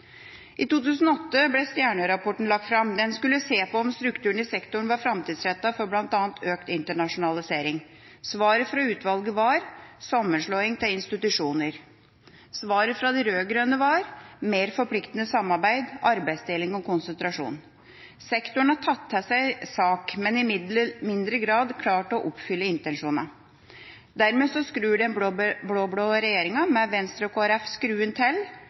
I 2008 ble Stjernø-rapporten lagt fram. Den skulle se på om strukturen i sektoren var framtidsrettet for bl.a. økt internasjonalisering. Svaret fra utvalget var: sammenslåing av institusjoner. Svaret fra de rød-grønne var: mer forpliktende samarbeid, arbeidsdeling og konsentrasjon. Sektoren har tatt til seg SAK, men i mindre grad klart å oppfylle intensjonene. Dermed skrur den blå-blå regjeringa, med Venstre og Kristelig Folkeparti, skruen til: